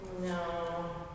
No